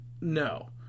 No